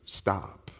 stop